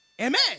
Amen